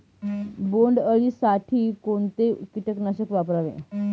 बोंडअळी साठी कोणते किटकनाशक वापरावे?